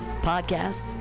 podcasts